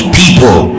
people